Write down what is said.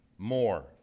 more